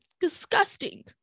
disgusting